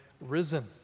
Risen